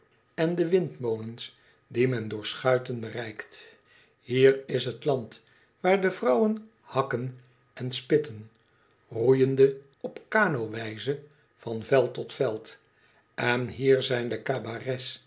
en de windmolens die men door schuiten bereikt hier is t land waar de vrouwen hakken en spitten roeiende op cano wijze van veld tot veld en hier zijn de